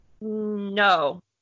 No